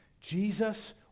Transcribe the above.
Jesus